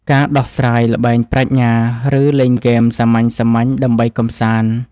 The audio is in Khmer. ការដោះស្រាយល្បែងប្រាជ្ញា ឬលេងហ្គេមសាមញ្ញៗដើម្បីកម្សាន្ត។